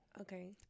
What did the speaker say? Okay